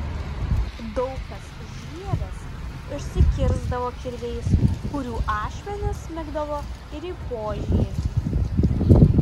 daug kas žievės išsikirsdavo kirviais kurių ašmenys smigdavo ir į požievį